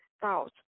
thoughts